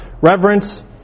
reverence